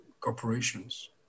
corporations